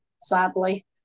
sadly